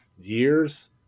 years